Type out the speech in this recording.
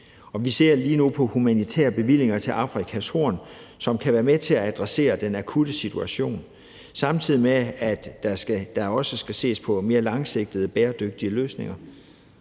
Vi ser lige nu på humanitære bevillinger til Afrikas Horn, som kan være med til at adressere den akutte situation, samtidig med at der også skal ses på mere langsigtede og bæredygtige løsninger.